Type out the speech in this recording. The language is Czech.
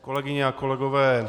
Kolegyně a kolegové.